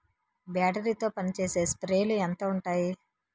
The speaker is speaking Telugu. బ్యాటరీ తో పనిచేసే స్ప్రేలు ఎంత ఉంటాయి?